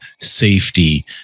safety